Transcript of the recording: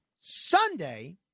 Sunday